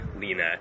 Lena